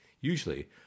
Usually